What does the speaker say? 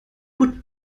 would